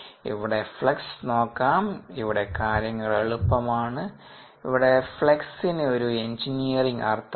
ഇവിടെ ഫ്ലക്സ് നോക്കാം ഇവിടെ കാര്യങ്ങൾ എളുപ്പമാണ് ഇവിടെ ഫ്ലക്സിന് ഒരു എഞ്ചിനീയറിംഗ് അർത്ഥമാണ്